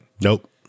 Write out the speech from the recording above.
Nope